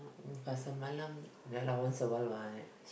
pasar-Malam ya lah once a while what